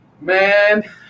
Man